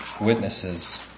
witnesses